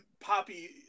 Poppy